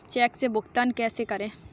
Check से भुगतान कैसे करें?